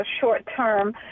short-term